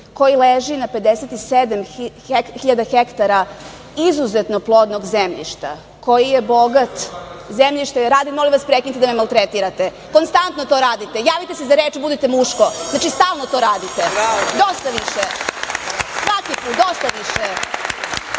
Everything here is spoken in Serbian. koji leži na 57.000 hektara izuzetno plodnog zemljišta, koji je bogat…Molim vas, prekinite da me maltretirate! Konstantno to radite. Javite se za reč i budite muško! Znači, stalno to radite! Dosta više! Ovo nije